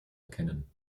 erkennen